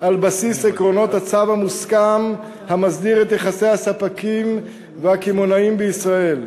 על בסיס עקרונות ה"צו המוסכם" המסדיר את יחסי הספקים והקמעונאים בישראל.